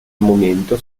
momento